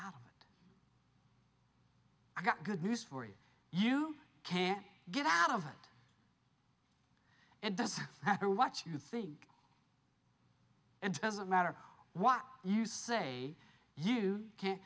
i've got good news for you you can't get out of it it doesn't matter what you think and doesn't matter what you say you can't